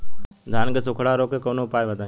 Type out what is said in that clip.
धान के सुखड़ा रोग के कौनोउपाय बताई?